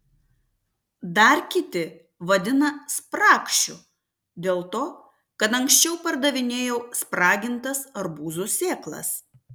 dar kiti vadina spragšiu dėl to kad anksčiau pardavinėjau spragintas arbūzų sėklas